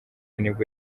nibwo